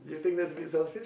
that kind of thing